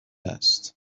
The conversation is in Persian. است